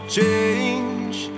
change